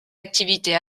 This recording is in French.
activités